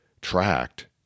tracked